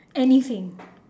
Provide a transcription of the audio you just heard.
anything